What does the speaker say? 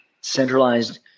centralized